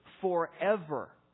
forever